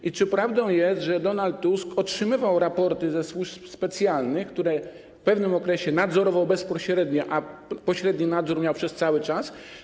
I czy prawdą jest, że Donald Tusk otrzymywał raporty służb specjalnych, które w pewnym okresie nadzorował bezpośrednio, przy czym pośredni nadzór miał przez cały czas?